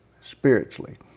spiritually